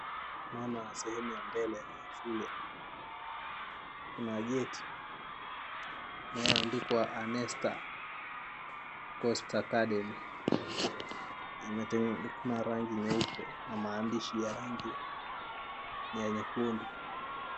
Naona sehemu ya mbele shule, kuna geti inayoandikwa Annester Coast Academy, kuna rangi nyeupe na maandishi ya rangi ya nyekundu.